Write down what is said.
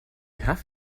have